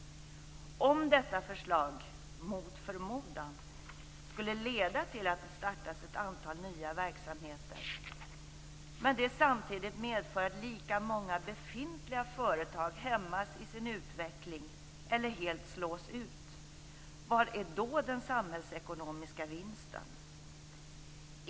Om detta förslag - mot förmodan - skulle leda till att ett antal nya verksamheter startas men samtidigt medföra att lika många befintliga företag hämmas i sin utveckling eller helt slås ut - vilken är då den samhällsekonomiska vinsten?